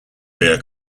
rear